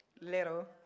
Little